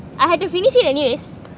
I had to finish it anyways